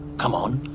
come on.